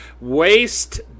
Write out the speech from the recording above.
waste